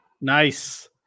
Nice